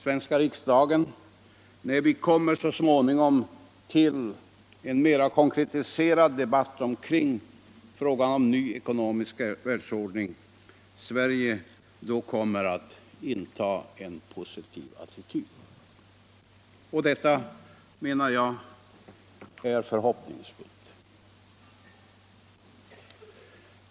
svenska riksdagen, när vi så småningom kommer fram till en mer konkretiserad debatt kring frågan om en ny ekonomisk världsordning, kommer att inta en positiv attityd. Detta menar jag är förhoppningsfullt.